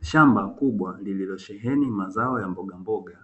Shamba kubwa lililosheheni mazao ya mbogamboga